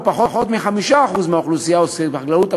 שבו פחות מ-5% מהאוכלוסייה עוסקים בחקלאות,